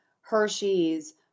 Hershey's